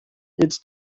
its